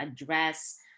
address